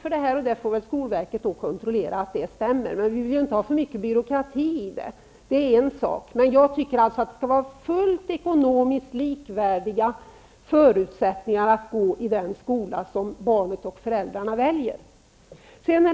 Sedan får skolverket kontrollera att det stämmer. Men vi vill inte ha för mycket byråkrati. Jag tycker alltså att det skall vara fullt ekonomiskt likvärdiga förutsättningar att gå i den skola som föräldrarna och barnet väljer som i den kommunala.